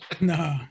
no